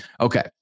Okay